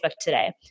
today